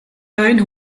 dein